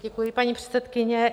Děkuji, paní předsedkyně.